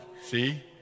See